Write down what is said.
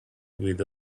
with